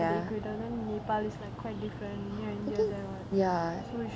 ya err I think ya